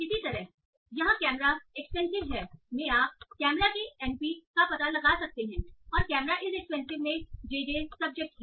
इसी तरह यहाँ कैमरा एक्सपेंसिव है में आप कैमरा के N P एन पी का पता लगा सकते हैं और कैमरा इज एक्सपेंसिव में JJ जेजे सब्जेक्ट है